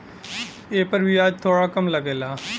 एपर बियाज थोड़ा कम लगला